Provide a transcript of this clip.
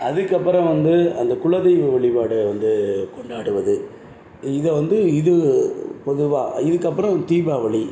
அதுக்கப்புறம் வந்து அந்த குலதெய்வ வழிபாடை வந்து கொண்டாடுவது இதை வந்து இது பொதுவாக இதுக்கப்புறம் தீபாவளி